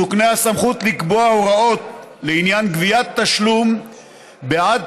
תוקנה הסמכות לקבוע הוראות לעניין גביית תשלום בעד